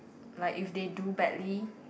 like if they do badly